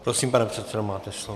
Prosím, pane předsedo, máte slovo.